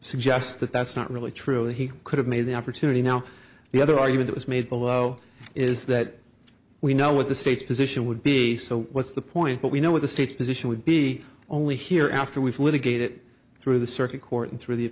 suggests that that's not really true he could have made the opportunity now the other argument was made below is that we know what the state's position would be so what's the point but we know what the state's position would be only here after we've litigated through the circuit court and through the